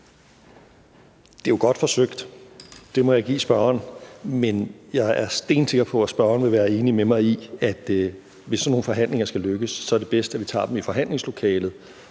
Det er jo godt forsøgt. Det må jeg give spørgeren. Men jeg er stensikker på, at spørgeren vil være enig med mig i, at det, hvis sådan nogle forhandlinger skal lykkes, er bedst, at vi tager dem i forhandlingslokalet,